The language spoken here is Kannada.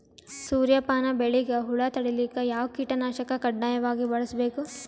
ಸೂರ್ಯಪಾನ ಬೆಳಿಗ ಹುಳ ತಡಿಲಿಕ ಯಾವ ಕೀಟನಾಶಕ ಕಡ್ಡಾಯವಾಗಿ ಬಳಸಬೇಕು?